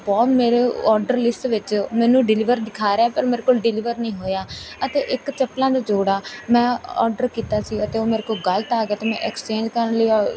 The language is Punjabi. ਬਹੁ ਮੇਰੇ ਓਡਰ ਲਿਸਟ ਵਿੱਚ ਮੈਨੂੰ ਡਿਲੀਵਰ ਦਿਖਾ ਰਿਹਾ ਪਰ ਮੇਰੇ ਕੋਲ ਡਿਲੀਵਰ ਨਹੀਂ ਹੋਇਆ ਅਤੇ ਇੱਕ ਚੱਪਲਾਂ ਦਾ ਜੋੜਾ ਮੈਂ ਓਡਰ ਕੀਤਾ ਸੀਗਾ ਅਤੇ ਉਹ ਮੇਰੇ ਕੋਲ ਗਲਤ ਆ ਗਿਆ ਅਤੇ ਮੈਂ ਐਕਸਚੇਂਜ ਕਰਨ ਲਈ ਅ